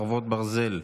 חרבות ברזל)